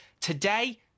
Today